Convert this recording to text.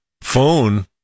phone